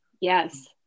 Yes